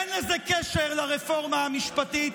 אין לזה קשר לרפורמה המשפטית,